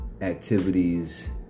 activities